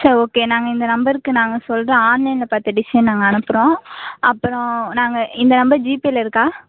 சரி ஓகே நாங்கள் இந்த நம்பருக்கு நாங்கள் சொல்கிறோம் ஆன்லைனில் பார்த்த டிசைன் நாங்கள் அனுப்புகிறோம் அப்புறம் நாங்கள் இந்த நம்பர் ஜிபேவில் இருக்கா